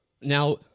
Now